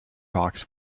box